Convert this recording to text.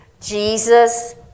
Jesus